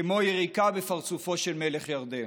כמו יריקה בפרצופו של מלך ירדן,